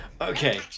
Okay